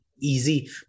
easy